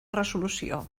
resolució